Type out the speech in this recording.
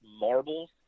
marbles